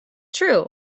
true